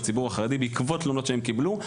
בעקבות תלונות שהם קיבלו.